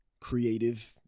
creative